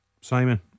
Simon